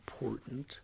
important